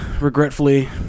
regretfully